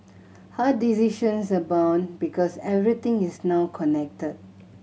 hard decisions abound because everything is now connected